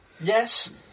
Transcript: Yes